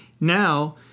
Now